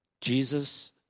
Jesus